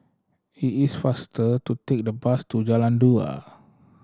it is faster to take the bus to Jalan Dua